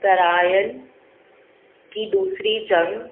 ترائن کی دوسری جنگ